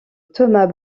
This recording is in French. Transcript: thomas